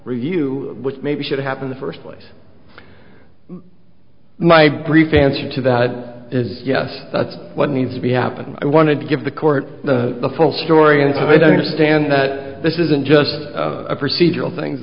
review which maybe should happen the first place but my brief answer to that is yes that's what needs to be happening i wanted to give the court the full story and so i don't understand that this isn't just a procedural things